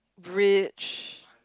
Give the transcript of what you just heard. rich